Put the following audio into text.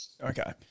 Okay